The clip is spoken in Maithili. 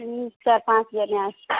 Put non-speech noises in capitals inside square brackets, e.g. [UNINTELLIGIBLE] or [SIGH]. हम्म चारि पाँच [UNINTELLIGIBLE]